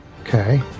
Okay